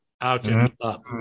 Out-and-up